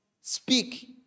speak